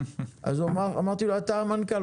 אז אמרתי לו אתה המנכ"ל,